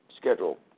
schedule